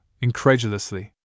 incredulously